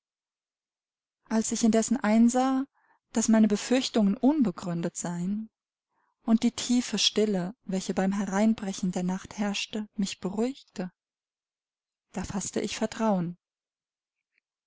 als ich indessen einsah daß meine befürchtungen unbegründet seien und die tiefe stille welche beim hereinbrechen der nacht herrschte mich beruhigte da faßte ich vertrauen